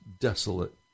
desolate